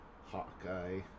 Hawkeye